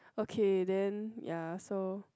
okay then ya so